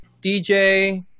DJ